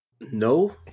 No